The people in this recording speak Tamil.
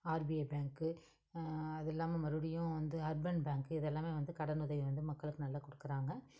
ஆர்பிஐ பேங்க்கு அது இல்லாமல் மறுபடியும் வந்து அர்பன் பேங்க்கு இது எல்லாமே வந்து கடன் உதவி வந்து மக்களுக்கு நல்லா கொடுக்குறாங்க